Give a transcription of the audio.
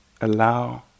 allow